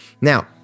Now